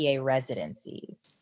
residencies